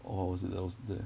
or what was it that was there